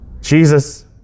Jesus